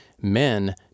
men